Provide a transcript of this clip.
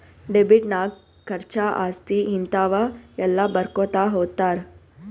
debit ನಾಗ್ ಖರ್ಚಾ, ಆಸ್ತಿ, ಹಿಂತಾವ ಎಲ್ಲ ಬರ್ಕೊತಾ ಹೊತ್ತಾರ್